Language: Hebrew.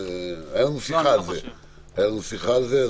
הייתה לנו שיחה על זה.